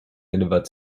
delivered